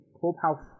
clubhouse